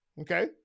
okay